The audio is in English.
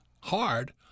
hard